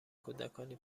کودکانی